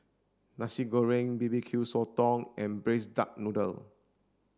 nasi goreng B B Q sotong and braised duck noodle